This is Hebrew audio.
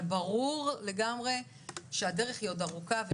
אבל ברור לי לגמרי שהדרך היא עוד ארוכה.